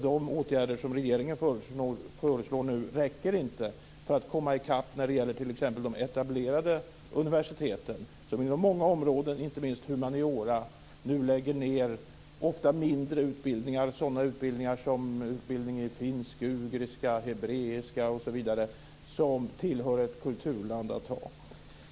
De åtgärder som regeringen nu föreslår räcker inte för att komma i kapp när det gäller t.ex. de etablerade universiteten, som inom många områden, inte minst humaniora, ofta lägger ned mindre utbildningar som i finsk-ugriska, hebreiska osv. vilka hör till ett kulturland.